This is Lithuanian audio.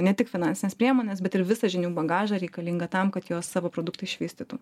ne tik finansines priemones bet ir visą žinių bagažą reikalingą tam kad jos savo produktą išvystytų